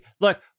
Look